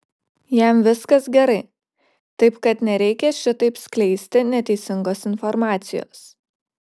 jam viskas gerai taip kad nereikia šitaip skleisti neteisingos informacijos